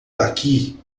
daqui